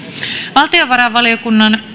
valtiovarainvaliokunnan